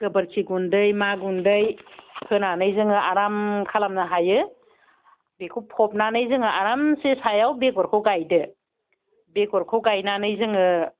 गोबोरखि गुन्दै मा गुन्दै होनानै जोङो आराम खालामनो हायो बेखौ फबनानै जोङो आरामसे सायाव बेगरखौ गायदो बेगरखौ गायनानै जोङो